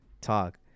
talk